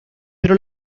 pero